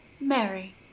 Mary